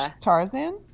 Tarzan